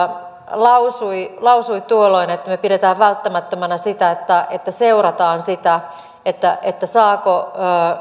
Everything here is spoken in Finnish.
lausui lausui tuolloin että me pidämme välttämättömänä sitä että että seurataan sitä saavatko